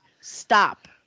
Stop